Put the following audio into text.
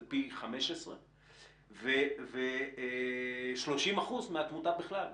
זה פי 15. ו-30% מהתמותה בכלל.